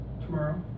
tomorrow